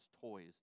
toys